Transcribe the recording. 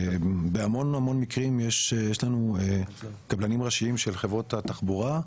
בהמון המון מקרים יש לנו קבלנים ראשיים של חברות התחבורה,